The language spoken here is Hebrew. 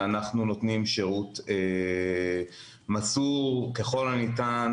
ואנחנו נותנים שירות מסור ככל הניתן